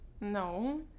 No